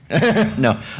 No